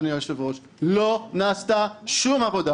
אדוני היושב-ראש: לא נעשתה שום עבודה